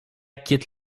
quitte